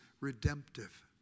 redemptive